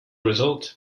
result